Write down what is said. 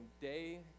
day